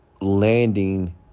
landing